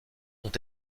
ont